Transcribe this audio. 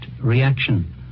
reaction